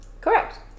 Correct